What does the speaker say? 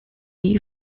you